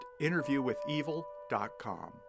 interviewwithevil.com